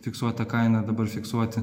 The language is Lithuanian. fiksuota kaina dabar fiksuoti